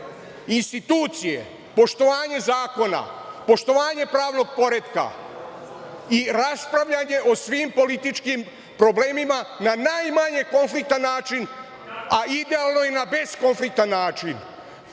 institucije, poštovanje zakona, poštovanje pravnog poretka i raspravljanje o svim političkim problemima, na najmanje konfliktan način, a idealno je na bezkonfliktan način.